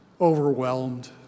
overwhelmed